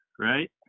Right